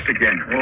again